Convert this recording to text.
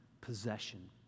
possession